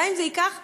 גם אם זה ייקח 30,